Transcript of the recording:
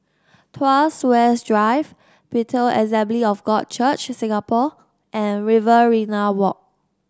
Tuas West Drive Bethel Assembly of God Church Singapore and Riverina Walk